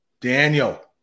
Daniel